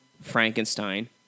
Frankenstein